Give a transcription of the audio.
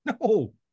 No